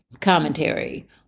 commentary